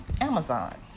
Amazon